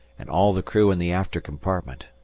and all the crew in the after-compartment.